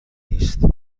نیست